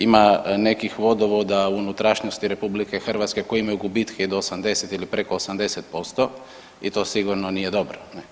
Ima nekih vodovoda u unutrašnjosti RH koji imaju gubitke do 80 ili preko 80% i to sigurno nije dobro.